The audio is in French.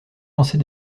lancer